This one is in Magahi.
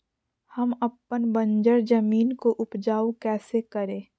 हम अपन बंजर जमीन को उपजाउ कैसे करे?